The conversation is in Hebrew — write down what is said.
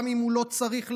גם אם הוא לא צריך ללכת,